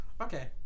Okay